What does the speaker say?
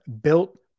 Built